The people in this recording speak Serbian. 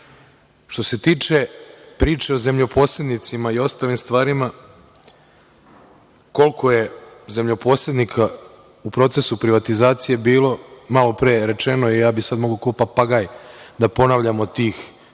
se tiče priče o zemljoposednicima i ostalim stvarima, koliko je zemljoposednika u procesu privatizacije bilo, malopre je rečeno i sada mogu ko papagaj da ponavljam od tih